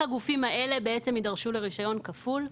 יידרש לרישיון כפול.